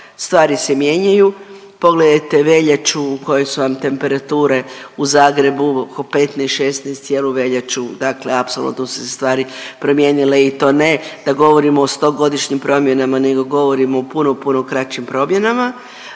stvari se mijenjaju, pogledajte veljače u kojoj su vam temperature u Zagrebu oko 15, 16 cijelu veljaču, dakle apsolutno su se stvari promijenile i to ne da govorimo o stogodišnjim promjenama nego govorimo o puno, puno kraćim promjenama,